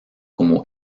como